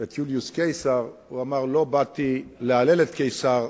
את יוליוס קיסר, הוא אמר: לא באתי להלל את קיסר,